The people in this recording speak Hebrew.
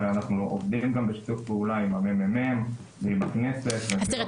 הרי אנחנו עובדים גם בשיתוף פעולה עם הממ"מ ועם הכנסת --- אז תראה,